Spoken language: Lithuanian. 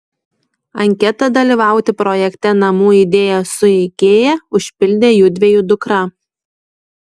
anketą dalyvauti projekte namų idėja su ikea užpildė judviejų dukra